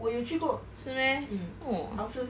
我有去过 mm 好吃